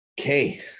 Okay